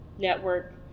network